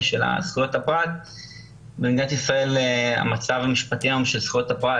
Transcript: במדינת ישראל המצב של זכויות הפרט,